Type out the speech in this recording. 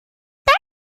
that